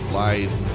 life